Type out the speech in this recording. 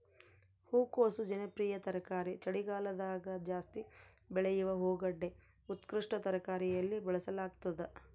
ಹೂಕೋಸು ಜನಪ್ರಿಯ ತರಕಾರಿ ಚಳಿಗಾಲದಗಜಾಸ್ತಿ ಬೆಳೆಯುವ ಹೂಗಡ್ಡೆ ಉತ್ಕೃಷ್ಟ ತರಕಾರಿಯಲ್ಲಿ ಬಳಸಲಾಗ್ತದ